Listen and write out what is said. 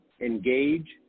engage